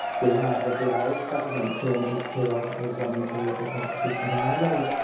we had with the irish government changes to articles one and two of the constitution of ireland,